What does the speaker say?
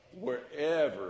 wherever